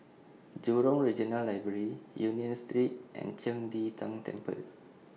Jurong Regional Library Union Street and Qing De Tang Temple